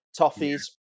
Toffees